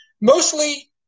mostly